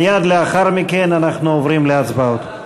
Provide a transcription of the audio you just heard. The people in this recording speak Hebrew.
מייד לאחר מכן אנחנו עוברים להצבעות.